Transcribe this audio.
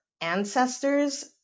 ancestors